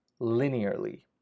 linearly